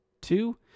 two